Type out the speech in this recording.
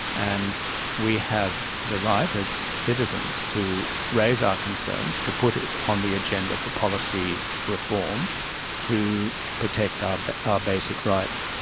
and we have the right as citizens to raise our concerns, to put it on the agenda for policy reform to protect ah but our basic rights.